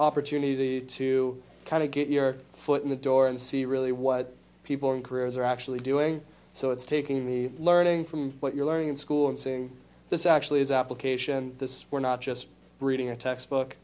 opportunity to kind of get your foot in the door and see really what people in careers are actually doing so it's taking the learning from what you're learning in school and seeing this actually is application this we're not just reading a textbook